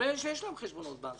אבל אלה שיש להם חשבון בנק,